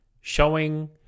showing